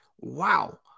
Wow